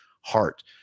heart